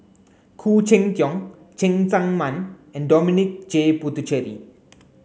Khoo Cheng Tiong Cheng Tsang Man and Dominic J Puthucheary